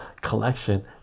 collection